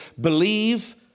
believe